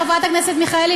חברת הכנסת מיכאלי,